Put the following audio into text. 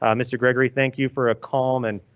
um mr gregory, thank you for a common,